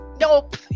Nope